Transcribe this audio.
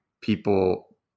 people